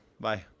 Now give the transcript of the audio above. Bye